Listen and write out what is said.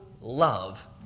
Love